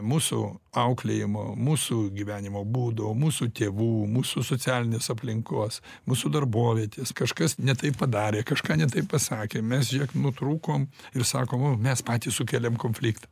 mūsų auklėjimo mūsų gyvenimo būdo mūsų tėvų mūsų socialinės aplinkos mūsų darbovietės kažkas ne taip padarė kažką ne taip pasakė mes žėk nutrūkom ir sakom o mes patys sukeliam konfliktą